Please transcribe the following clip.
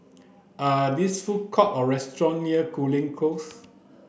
are this food courts or restaurants near Cooling Close